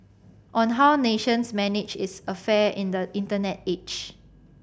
on how nations manage its affair in the Internet age